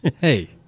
Hey